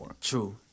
True